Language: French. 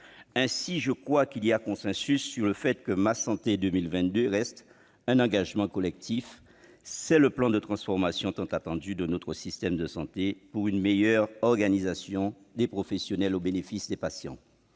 Ainsi, il y a consensus, me semble-t-il, sur le fait que Ma Santé 2022 reste un engagement collectif : c'est le plan de transformation tant attendu de notre système de santé, pour une meilleure organisation des professionnels au bénéfice des patients.